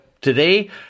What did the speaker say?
Today